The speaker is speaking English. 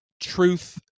truth